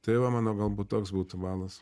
tai va mano galbūt toks būtų balas